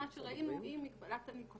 מה שראינו עם מגבלת הניקוטין.